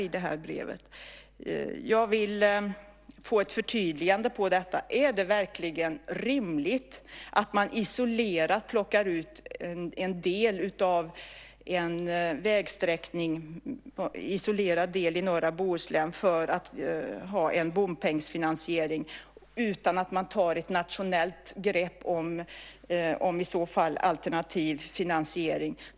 Jag vill få ett förtydligande på detta. Är det verkligen rimligt att man plockar ut en isolerad del av en vägsträckning i norra Bohuslän för en bompengsfinansiering utan att man tar ett nationellt grepp om alternativ finansiering?